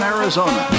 Arizona